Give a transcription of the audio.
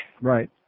Right